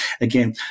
again